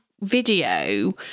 video